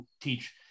teach